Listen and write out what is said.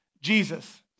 Jesus